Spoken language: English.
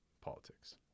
politics